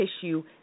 tissue